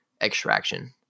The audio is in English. extraction